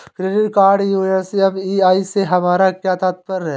Credit card यू.एस EMI से हमारा क्या तात्पर्य है?